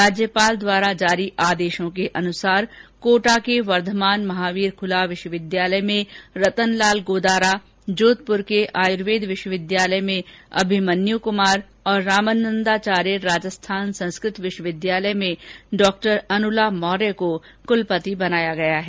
राज्यपाल द्वारा जारी आदेशों के अनुसार कोटा के वर्धमान महावीर खुला विश्वविद्यालय में रतन लाल गोदारा जोधपुर के आयुर्वेद विश्वविद्यालय में अभिमन्यु कुमार और रामानन्दाचार्य राजस्थान संस्कृत विश्वविद्यालय में डॉ अनुला मौर्य को कुलपति बनाया गया है